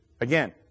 Again